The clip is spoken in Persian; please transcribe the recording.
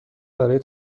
برای